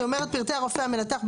היא אומרת שפרטי הרופא המנתח,